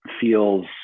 feels